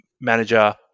manager